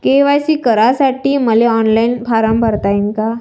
KYC करासाठी मले online form भरता येईन का?